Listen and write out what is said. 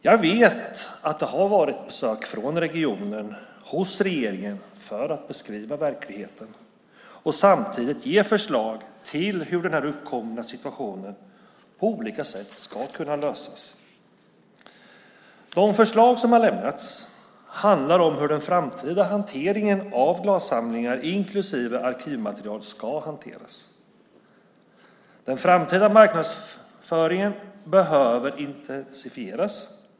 Jag vet att det har varit besök från regionen hos regeringen för att beskriva verkligheten och samtidigt ge förslag till hur denna uppkomna situation på olika sätt ska kunna lösas. De förslag som har lämnats handlar om hur den framtida hanteringen av glassamlingar inklusive arkivmaterial ska hanteras. Den framtida marknadsföringen behöver intensifieras.